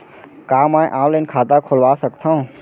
का मैं ऑनलाइन खाता खोलवा सकथव?